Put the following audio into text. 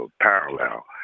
parallel